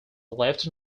left